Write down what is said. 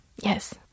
Yes